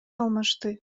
алмашты